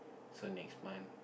so next month